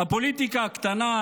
הפוליטיקה הקטנה,